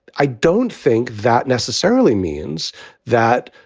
i don't think that necessarily means that,